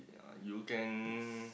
ya you can